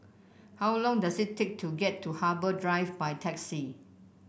how long does it take to get to Harbour Drive by taxi